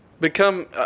become